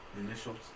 initials